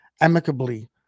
amicably